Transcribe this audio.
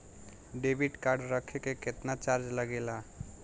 Debit card रखे के केतना चार्ज लगेला?